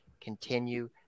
continue